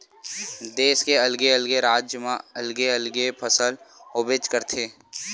देस के अलगे अलगे राज म अलगे अलगे फसल होबेच करथे